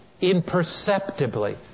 imperceptibly